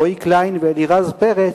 רועי קליין ואלירז פרץ,